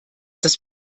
das